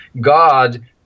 god